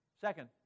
Second